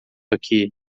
aqui